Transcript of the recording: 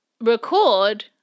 record